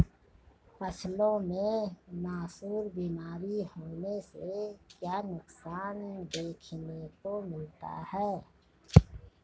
फसलों में नासूर बीमारी होने से क्या नुकसान देखने को मिलता है?